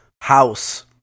House